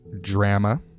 Drama